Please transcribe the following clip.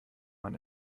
man